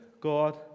God